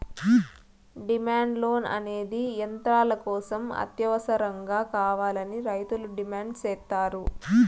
demand loan అనేది యంత్రాల కోసం అత్యవసరంగా కావాలని రైతులు డిమాండ్ సేత్తారు